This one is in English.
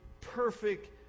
perfect